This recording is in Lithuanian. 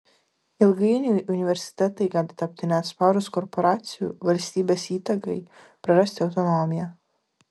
ilgainiui universitetai gali tapti neatsparūs korporacijų valstybės įtakai prarasti autonomiją